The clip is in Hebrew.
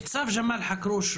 ניצב ג'מאל הכרוש,